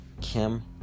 Kim